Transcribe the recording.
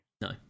No